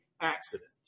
accident